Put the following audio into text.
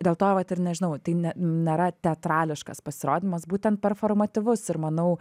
dėl to vat ir nežinau tai nėra teatrališkas pasirodymas būtent perfor matyvus ir manau